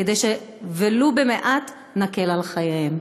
כדי שלו במעט נקל עליהם את חייהם.